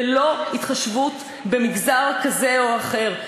ללא התחשבות במגזר כזה או אחר.